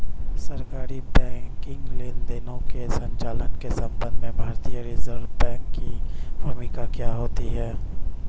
सरकारी बैंकिंग लेनदेनों के संचालन के संबंध में भारतीय रिज़र्व बैंक की भूमिका क्या होती है?